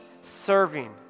serving